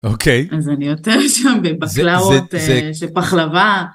אוקיי אז אני יותר שם בבקלאות של פחלבה.